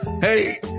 hey